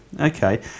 okay